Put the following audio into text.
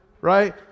right